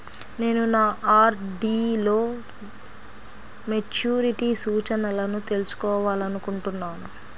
నేను నా ఆర్.డీ లో మెచ్యూరిటీ సూచనలను తెలుసుకోవాలనుకుంటున్నాను